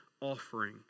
offering